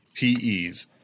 PE's